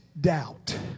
doubt